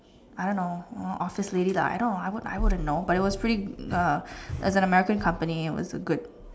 I don't know office lady lah I don't I would I wouldn't know but it was pretty uh as an American company it was a good